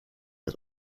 het